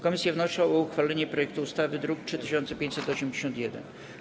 Komisje wnoszą o uchwalenie projektu ustawy z druku nr 3581.